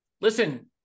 Listen